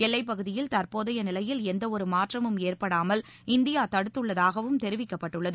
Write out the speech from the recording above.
எல்லைப்பகுதியில் தற்போதைய நிலையில் எந்தவொரு மாற்றமும் ஏற்படாமல் இந்தியா தடுத்துள்ளதாகவும் தெரிவிக்கப்பட்டுள்ளது